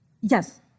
Yes